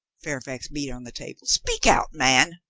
fairfax beat on the table. speak out, man.